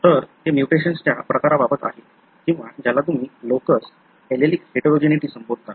तर ते म्यूटेशनच्या प्रकाराबाबत आहे किंवा ज्याला तुम्ही लोकस एलेलिक हेटेरोजेनेटी संबोधता